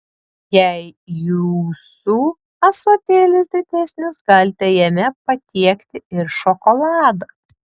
jei jūsų ąsotėlis didesnis galite jame patiekti ir šokoladą